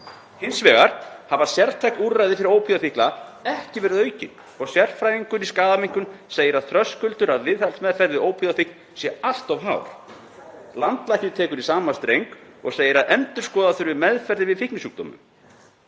Hins vegar hafa sértæk úrræði fyrir ópíóíðafíkla ekki verið aukin og sérfræðingur í skaðaminnkun segir að þröskuldur að viðhaldsmeðferð við ópíóíðafíkn sé allt of hár. Landlæknir tekur í sama streng og segir að endurskoða þurfi meðferð við fíknisjúkdómum.